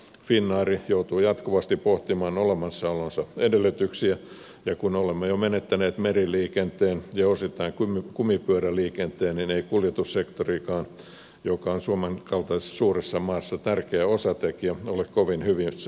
finnair joutuu jatkuvasti pohtimaan olemassaolonsa edellytyksiä ja kun olemme jo menettänet meriliikenteen ja osittain kumipyöräliikenteen niin ei kuljetussektorikaan joka on suomen kaltaisessa suuressa maassa tärkeä osatekijä ole kovin hyvissä voimissa